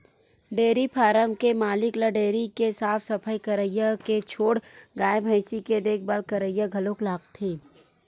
dairy farm के मालिक ल डेयरी के साफ सफई करइया के छोड़ गाय भइसी के देखभाल करइया घलो लागथे